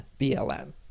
BLM